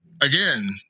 again